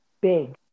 Big